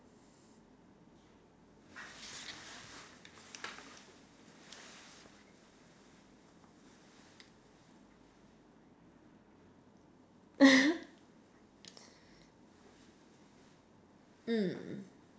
mm